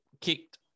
kicked